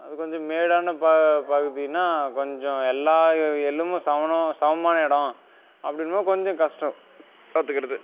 அது கொஞ்சம் மேடான ப பகுதின்னா கொஞ்சம் எல்லா எ எளுமும் சமனம் சமமான இடம் அப்படின்னும் போது கொஞ்சம் கஷ்டம் பார்த்துக்கிடது